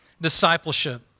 discipleship